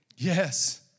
Yes